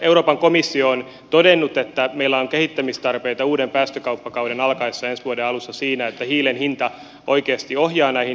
euroopan komissio on todennut että meillä on kehittämistarpeita uuden päästökauppakauden alkaessa ensi vuoden alussa siinä että hiilen hinta oikeasti ohjaa näihin investointeihin